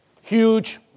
huge